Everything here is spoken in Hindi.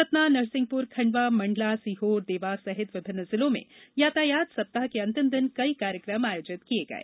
सतना नरसिंहपुर खंडवा मंडला सीहोर देवास सहित विभिन्न जिलों में यातायात सप्ताह के अंतिम दिन कई कार्यक्रम आयोजित किये गये